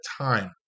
time